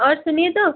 और सुनिए तो